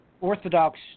Orthodox